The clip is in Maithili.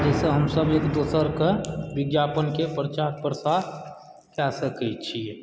जाहिसँ हमसभ एक दोसरकऽ विज्ञापनके प्रचार प्रसार कए सकैत छियै